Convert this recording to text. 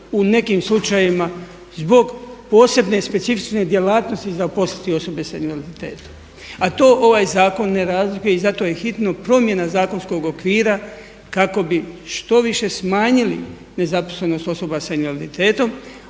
u nekim slučajevima zbog posebne specifične djelatnosti zaposliti osobe sa invaliditetom, a to ovaj zakon ne razlikuje i zato je hitno promjena zakonskog okvira kako bi što više smanjili nezaposlenost osoba sa invaliditetom,